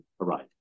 arrived